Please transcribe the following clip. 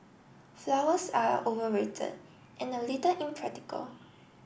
flowers are overrated and a little impractical